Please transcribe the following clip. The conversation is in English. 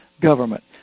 government